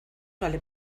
vale